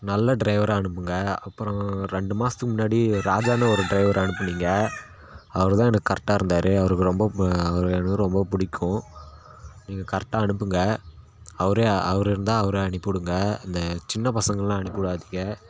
நல்ல ட்ரைவராக அனுப்புங்கள் அப்பறம் ரெண்டு மாதத்துக்கு முன்னாடி ராஜானு ஒரு ட்ரைவரை அனுப்புனிங்கள் அவர் தான் எனக்கு கரெக்டாக இருந்தார் அவருக்கு ரொம்ப ம அவர் எனக்கு ரொம்ப பிடிக்கும் நீங்கள் கரெக்டாக அனுப்புங்கள் அவரே அவர் இருந்தால் அவரை அனுப்பி விடுங்க இந்த சின்னப் பசங்கள்லாம் அனுப்பி விடாதிங்க